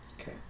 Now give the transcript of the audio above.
Okay